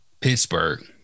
Pittsburgh